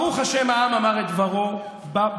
ברוך השם, העם אמר את דברו בבחירות